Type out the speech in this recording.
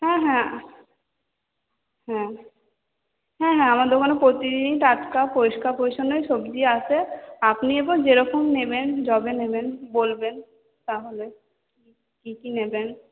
হ্যাঁ হ্যাঁ হ্যাঁ হ্যাঁ হ্যাঁ আমার দোকানে প্রতিদিন টাটকা পরিষ্কার পরিছন্নই সবজি আসে আপনি এরপর যেরকম নেবেন যবে নেবেন বলবেন তাহলে কী কী নেবেন